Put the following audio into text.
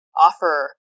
offer